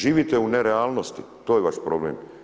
Živite u nerealnosti, to je vaš problem.